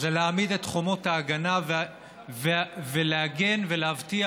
הוא להעמיד את חומת ההגנה ולהגן ולהבטיח